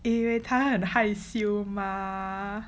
因为他很害羞吗